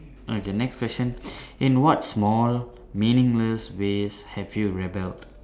okay next question in what small meaningless ways have you rebelled